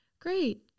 great